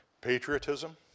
patriotism